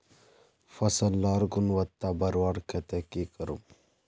फसल लार गुणवत्ता बढ़वार केते की करूम?